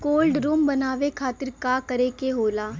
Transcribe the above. Cold room बनावे खातिर का करे के होला?